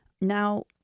Now